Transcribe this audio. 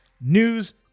news